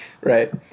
Right